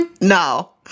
No